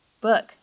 book